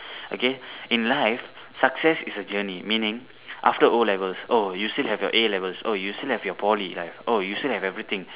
okay in life success is a journey meaning after O-levels oh you still have A-levels oh you still have your Poly right oh you still have everything